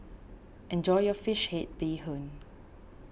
enjoy your Fish Head Bee Hoon